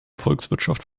volkswirtschaft